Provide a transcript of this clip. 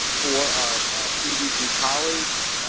for our pdg colleagues,